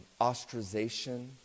ostracization